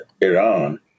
Iran